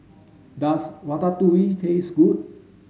does Ratatouille taste good